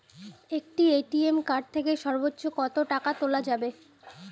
একটি ATM card থেকে সর্বোচ্চ কত টাকা তোলা যাবে?